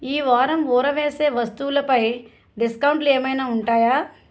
ఈ వారం ఊరవేసే వస్తువులపై డిస్కౌంట్లు ఏమైనా ఉంటాయా